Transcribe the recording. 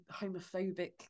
homophobic